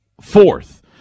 Fourth